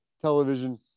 television